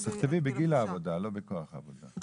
אז תכתבי: "בגיל העבודה", ולא: "בכוח העבודה".